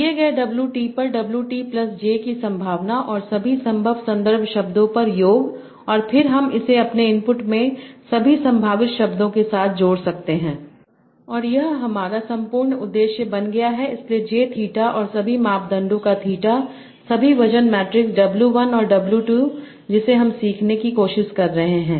दिए गए w t पर w t प्लस j की संभावना और सभी संभव संदर्भ शब्दों पर योग और फिर हम इसे अपने इनपुट में सभी संभावित शब्दों के साथ जोड़ सकते हैं और यह हमारा संपूर्ण उद्देश्य बन गया है इसलिए j थीटा और सभी मापदंडों का थीटा सभी वजन मैट्रिक्स W1 और W2 जिसे हम सीखने की कोशिश कर रहे हैं